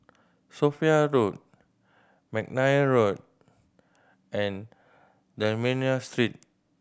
Sophia Road McNair Road and D'Almeida Street